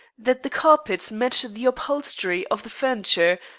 that the carpets match the upholstery of the furniture,